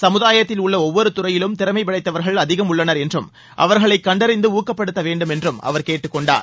சமுதாயத்தில் உள்ள அவ்வொரு துறையிலும் திறமைப்படைத்தவர்கள் அதிகம் உள்ளனர் என்றும் அவர்களை கண்டறித்து ஊக்கப்படுத்தவேண்டும் என்றும் அவர் கேட்டுக்கொண்டார்